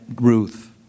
Ruth